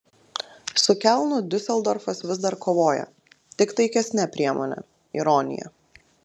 su kelnu diuseldorfas vis dar kovoja tik taikesne priemone ironija